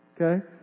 Okay